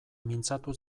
mintzatu